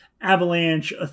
Avalanche